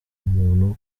umuntu